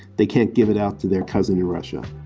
they can give it out to their cousin in russia.